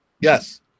Yes